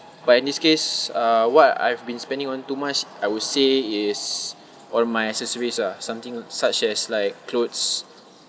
but in this case uh what I've been spending on too much I would say is all my accessories ah something such as like clothes